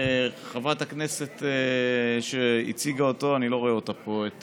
חברת הכנסת שהציגה אותו, אני לא רואה אותה פה, את